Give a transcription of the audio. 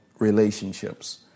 Relationships